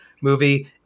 movie